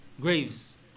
graves